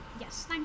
Yes